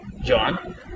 John